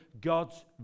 God's